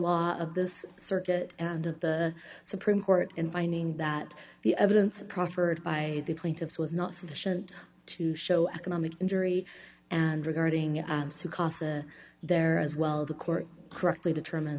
law of this circuit and of the supreme court in finding that the evidence proffered by the plaintiffs was not sufficient to show economic injury and regarding to casa there as well the court correctly determine